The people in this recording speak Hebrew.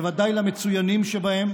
ודאי למצוינים שבהם,